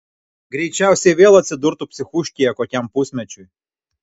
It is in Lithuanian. greičiausiai vėl atsidurtų psichūškėje kokiam pusmečiui